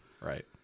right